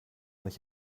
nicht